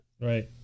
Right